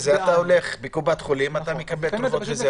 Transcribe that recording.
אתה הולך בקופת חולים ומקבל תרופות.